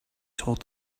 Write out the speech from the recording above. told